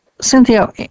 Cynthia